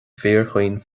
fíorchaoin